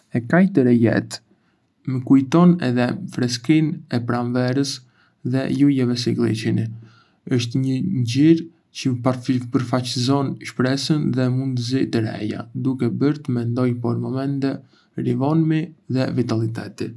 E kaltër e lehtë më kujton freskinë e pranverës dhe luleve si glicini. Është një ngjyrë çë përfaçëson shpresën dhe mundësi të reja, duke bërë të mendoj për momente rinovimi dhe vitaliteti.